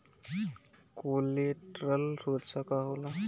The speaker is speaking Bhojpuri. कोलेटरल सुरक्षा का होला?